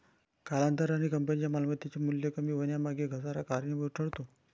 कालांतराने कंपनीच्या मालमत्तेचे मूल्य कमी होण्यामागे घसारा कारणीभूत ठरतो